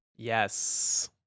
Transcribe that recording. Yes